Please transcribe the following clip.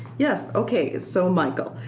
yes, ok, so michael,